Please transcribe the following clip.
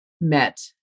met